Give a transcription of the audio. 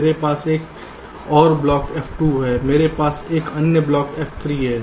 मेरे पास एक और ब्लॉक F2 है मेरे पास कुछ अन्य ब्लॉक F3 हैं